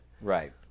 Right